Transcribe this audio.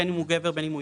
בין אם הוא גבר או אישה,